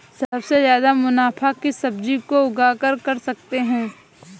सबसे ज्यादा मुनाफा किस सब्जी को उगाकर कर सकते हैं?